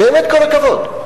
באמת כל הכבוד.